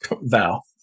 Val